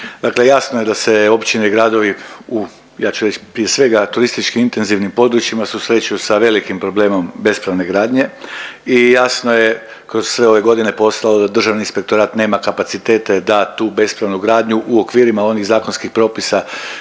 u ja ću reć prije svega u turistički intenzivnim područjima susreću sa velikim problemom bespravne gradnje i jasno je kroz sve ove godine … Državni inspektorat nema kapacitete da tu bespravnu gradnju u okvirima onih zakonskih propisa